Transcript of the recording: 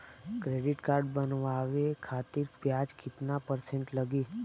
Credit card बनवाने खातिर ब्याज कितना परसेंट लगी?